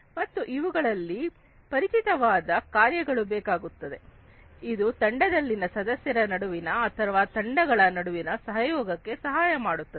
ಮತ್ತು ಅವುಗಳಲ್ಲಿ ಪರಿಚಿತವಾದ ಕಾರ್ಯಗಳು ಬೇಕಾಗುತ್ತವೆ ಇದು ತಂಡದಲ್ಲಿನ ಸದಸ್ಯರ ನಡುವಿನ ಅಥವಾ ತಂಡಗಳ ನಡುವಿನ ಸಹಯೋಗಕ್ಕೆ ಸಹಾಯಮಾಡುತ್ತದೆ